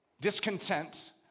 Discontent